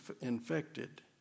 infected